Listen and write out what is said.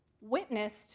witnessed